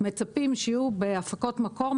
מצפים שיהיו בהפקות מקור,